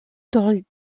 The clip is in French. dans